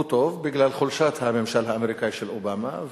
והוא טוב בגלל חולשת הממשל האמריקני של אובמה,